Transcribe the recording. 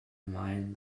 mind